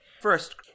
First